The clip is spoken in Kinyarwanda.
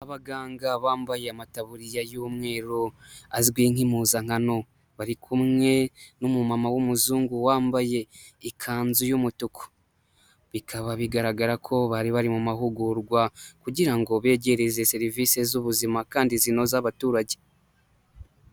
Ababaganga bambaye amataburiya y'umweru azwi nk'impuzankano, bari kumwe n'umumama w'umuzungu wambaye ikanzu y'umutuku, bikaba bigaragara ko bari bari mu mahugurwa kugira ngo begereze serivisi z'ubuzima kandi zinoza abaturage.